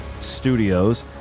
Studios